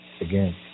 again